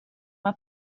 mae